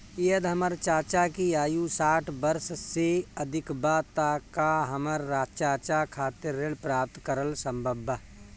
यदि हमर चाचा की आयु साठ वर्ष से अधिक बा त का हमर चाचा खातिर ऋण प्राप्त करल संभव बा